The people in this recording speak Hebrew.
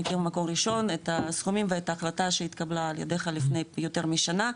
מכיר מקום ראשון את הסכומים וההחלטה שהתקבלה על ידך לפני יותר משנה,